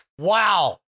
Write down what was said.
wow